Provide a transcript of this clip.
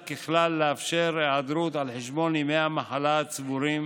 היא ככלל לאפשר היעדרות על חשבון ימי המחלה הצבורים